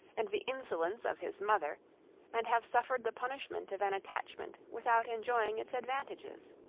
and the insolence of his mother and have suffered the punishment of an attachment, without enjoying its advantages